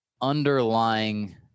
underlying